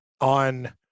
on